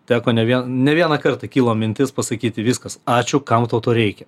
teko ne vien ne vieną kartą kilo mintis pasakyti viskas ačiū kam tau to reikia